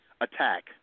attack